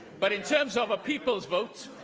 but in terms of a people's vote,